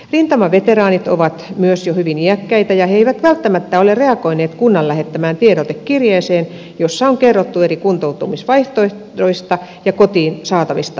rintamaveteraanit ovat myös jo hyvin iäkkäitä ja he eivät välttämättä ole reagoineet kunnan lähettämään tiedotekirjeeseen jossa on kerrottu eri kuntoutumisvaihtoehdoista ja kotiin saatavista avopalvelumahdollisuuksista